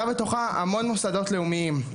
והיא מכילה בטוחה המון מוסדות לאומיים.